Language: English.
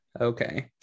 okay